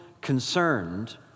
concerned